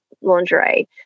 lingerie